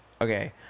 Okay